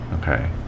Okay